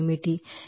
ఇది ప్రాథమికంగా 3